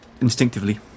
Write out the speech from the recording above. instinctively